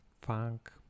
funk